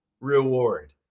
reward